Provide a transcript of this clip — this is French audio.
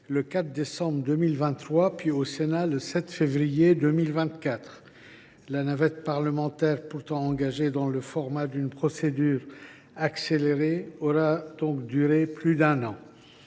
le 4 décembre 2023, puis au Sénat le 7 février 2024. La navette parlementaire, pourtant engagée dans le cadre d’une procédure accélérée, aura duré plus d’un an.